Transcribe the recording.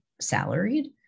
salaried